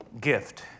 gift